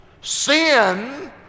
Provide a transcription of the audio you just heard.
Sin